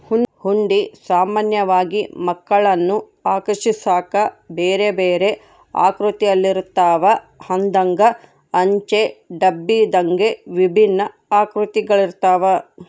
ಹುಂಡಿ ಸಾಮಾನ್ಯವಾಗಿ ಮಕ್ಕಳನ್ನು ಆಕರ್ಷಿಸಾಕ ಬೇರೆಬೇರೆ ಆಕೃತಿಯಲ್ಲಿರುತ್ತವ, ಹಂದೆಂಗ, ಅಂಚೆ ಡಬ್ಬದಂಗೆ ವಿಭಿನ್ನ ಆಕೃತಿಗಳಿರ್ತವ